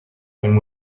when